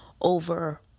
over